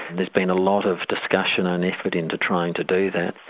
there's been a lot of discussion and effort into trying to do that.